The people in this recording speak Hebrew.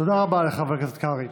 תודה רבה לחבר הכנסת קרעי.